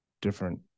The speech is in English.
different